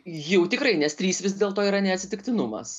jau tikrai nes trys vis dėlto yra ne atsitiktinumas